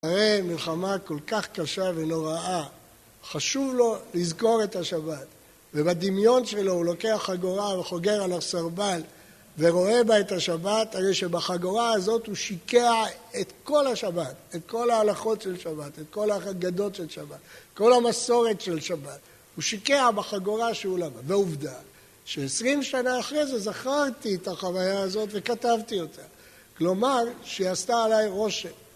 הרי מלחמה כל כך קשה ונוראה, חשוב לו לזכור את השבת, ובדמיון שלו הוא לוקח חגורה וחוגר על הסרבל ורואה בה את השבת, הרי שבחגורה הזאת הוא שיקע את כל השבת, את כל ההלכות של שבת, את כל ההגדות של שבת, כל המסורת של שבת, הוא שיקע בחגורה שהוא למד, ועובדה, שעשרים שנה אחרי זה זכרתי את החוויה הזאת וכתבתי אותה, כלומר שהיא עשתה עליי רושם.